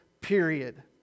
period